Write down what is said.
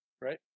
right